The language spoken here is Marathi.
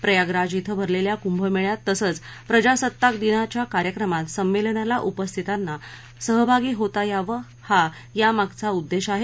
प्रयागराज इथं भरलेल्या कुंभमेळ्यात तसंच प्रजासत्ताक दिनाच्या कार्यक्रमात संमेलनाला उपस्थितांना सहभागी होता यावं हा यामागचा उद्देश आहे